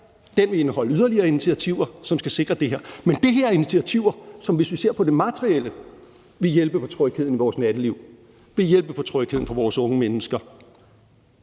Den vil indeholde yderligere initiativer, som skal sikre det her. Men det her er initiativer, som, hvis vi ser på det materielle, vil hjælpe på trygheden i vores natteliv, vil hjælpe på trygheden for vores unge mennesker.